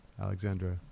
Alexandra